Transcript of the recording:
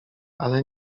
ale